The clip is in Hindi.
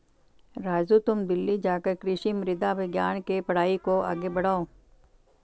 राजू तुम दिल्ली जाकर कृषि मृदा विज्ञान के पढ़ाई को आगे बढ़ाओ